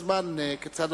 דעתם.